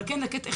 אבל את יודעת,